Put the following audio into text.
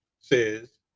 says